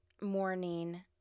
morning